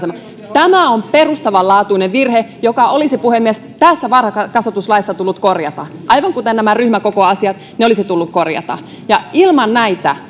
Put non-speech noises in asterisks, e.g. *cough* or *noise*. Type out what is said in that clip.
tämä on perustavanlaatuinen virhe joka olisi puhemies tässä varhaiskasvatuslaissa tullut korjata aivan kuten nämä ryhmäkokoasiat ne olisi tullut korjata ilman näitä *unintelligible*